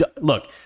Look